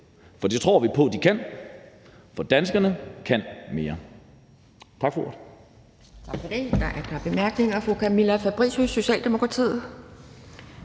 for det tror vi på de kan, for danskerne kan mere.